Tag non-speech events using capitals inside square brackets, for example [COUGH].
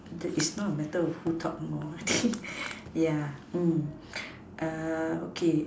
the is not a matter of who talk more [NOISE] yeah okay